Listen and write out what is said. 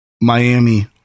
Miami